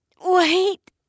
Wait